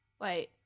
Wait